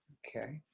okay